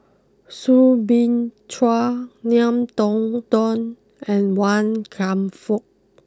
Soo Bin Chua Ngiam Tong Dow and Wan Kam Fook